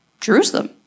Jerusalem